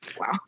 wow